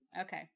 Okay